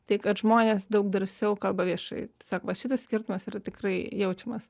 tai kad žmonės daug drąsiau kalba viešai sako va šitas skirtumas yra tikrai jaučiamas